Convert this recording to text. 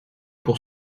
pour